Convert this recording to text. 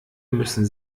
müssen